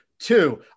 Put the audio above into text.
Two